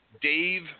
Dave